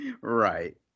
right